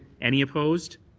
any opposed.